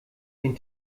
den